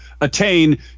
attain